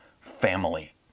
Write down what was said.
Family